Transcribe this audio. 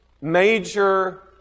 major